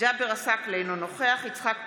ג'אבר עסאקלה, אינו נוכח יצחק פינדרוס,